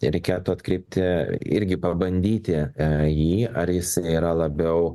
reikėtų atkreipti irgi pabandyti jį ar jisai yra labiau